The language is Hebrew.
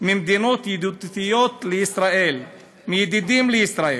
ממדינות ידידותיות לישראל, מידידים של ישראל,